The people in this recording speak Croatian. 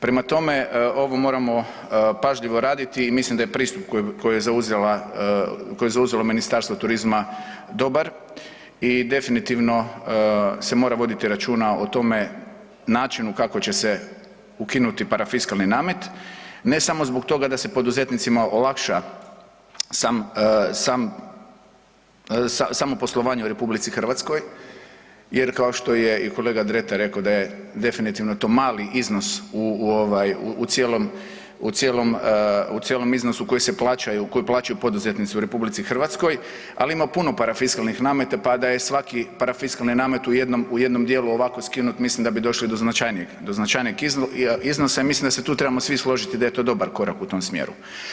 Prema tome, ovo moramo pažljivo raditi i mislim da je pristup koji je zauzelo Ministarstvo turizma dobar i definitivno se mora voditi računa o tome načinu kako će se ukinuta parafiskalni namet, ne samo zbog toga da se poduzetnicima olakša samo poslovanje u RH jer kao što je i kolega Dretar rekao da je definitivno to mali iznos u cijelom iznosu koji plaćaju poduzetnici u RH, ali ima puno parafiskalnih nameta pa da je svaki parafiskalni namet u jednom dijelu ovako skinut, mislim da bi došli do značajnijeg iznosa i mislim da se tu trebamo svi složiti da je to dobar korak u tom smjeru.